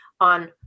on